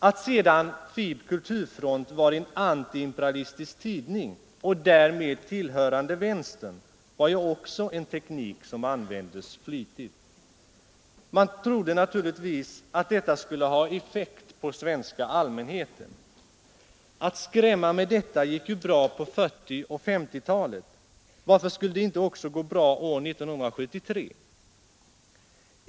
Att sedan FiB/Kulturfront var en antiimperialistisk tidning och därmed tillhörande vänstern var ju också en teknik som användes flitigt. Man trodde naturligtvis att detta skulle ha effekt på den svenska allmänheten. Att skrämma med detta gick ju bra på 1940 och 1950-talen; varför skulle det inte gå bra också år 1973?